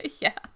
Yes